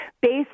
based